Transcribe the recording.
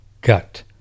gut